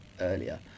earlier